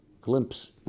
glimpse